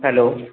hello